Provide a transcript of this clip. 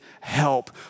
help